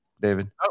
David